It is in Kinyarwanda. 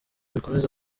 bikomeza